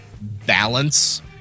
balance